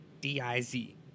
D-I-Z